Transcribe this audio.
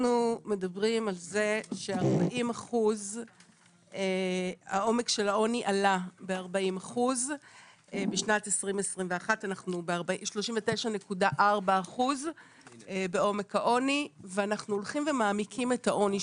אנחנו מדברים על זה שהעומק של העוני עלה ב-40% בשנת 2021. אנחנו ב-39.4% בעומק העוני ואנחנו הולכים ומעמיקים את העוני,